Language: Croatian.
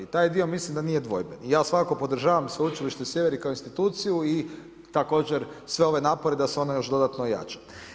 Taj dio mislim da nije dvojben i ja svakako podržavam sveučilište Sjever i kao instituciju i također sve ove napore da se ono još dodatno ojača.